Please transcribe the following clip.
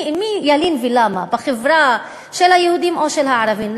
מי ילין ולמה, בחברה של היהודים או של הערבים?